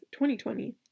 2020